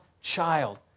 child